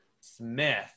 Smith